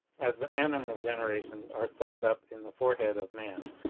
as the animal generations are summed up in the forehead of man.